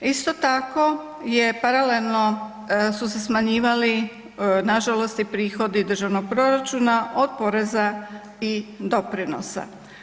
Isto tako je paralelno su se smanjivali nažalost i prihodi državnog proračuna od poreza i doprinosa.